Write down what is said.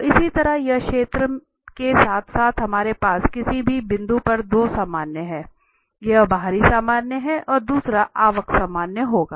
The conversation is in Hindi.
तो इसी तरह यहां क्षेत्र के साथ साथ हमारे पास किसी भी बिंदु पर दो सामान्य हैं एक बाहरी सामान्य है और दूसरा आवक सामान्य होगा